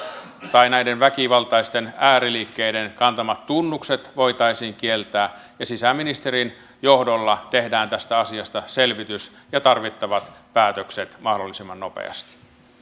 tai näiden väkivaltaisten ääriliikkeiden kantamat tunnukset voitaisiin kieltää sisäministerin johdolla tehdään tästä asiasta selvitys ja tarvittavat päätökset mahdollisimman nopeasti